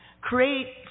create